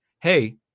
hey